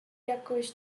jakoś